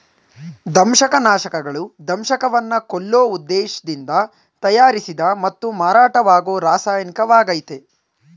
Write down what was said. ದಂಶಕನಾಶಕಗಳು ದಂಶಕವನ್ನ ಕೊಲ್ಲೋ ಉದ್ದೇಶ್ದಿಂದ ತಯಾರಿಸಿದ ಮತ್ತು ಮಾರಾಟವಾಗೋ ರಾಸಾಯನಿಕವಾಗಯ್ತೆ